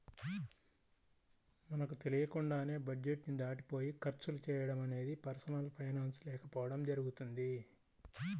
మనకు తెలియకుండానే బడ్జెట్ ని దాటిపోయి ఖర్చులు చేయడం అనేది పర్సనల్ ఫైనాన్స్ లేకపోవడం జరుగుతుంది